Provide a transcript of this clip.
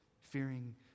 fearing